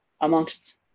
amongst